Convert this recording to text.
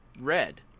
red